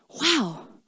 wow